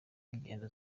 ingendo